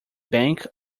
bank